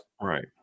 Right